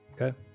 Okay